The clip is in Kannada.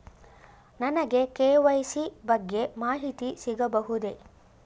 ನನಗೆ ಕೆ.ವೈ.ಸಿ ಬಗ್ಗೆ ಮಾಹಿತಿ ಸಿಗಬಹುದೇ?